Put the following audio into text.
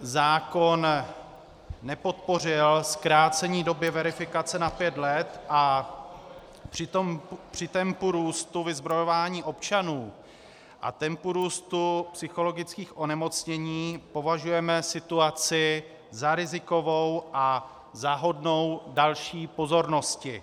Zákon nepodpořil zkrácení doby verifikace na pět let a při tom tempu růstu vyzbrojování občanů a tempu růstu psychologických onemocnění považujeme situaci za rizikovou a za hodnou další pozornosti.